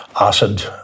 acid